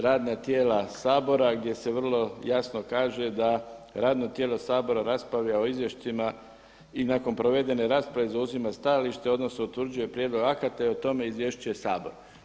Radna tijela Sabora gdje se vrlo jasno kaže da radno tijelo Sabora raspravlja o izvješćima i nakon provedene rasprave zauzima stajalište odnosno utvrđuje prijedlog akata i o tome izvješćuje Sabor“